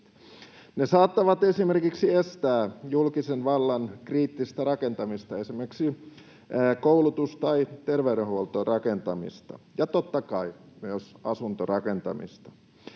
Ne saattavat esimerkiksi estää julkisen vallan kriittisiä rakennushankkeita, esimerkiksi koulutus- tai terveydenhuoltorakentamista